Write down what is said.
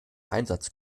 einsatz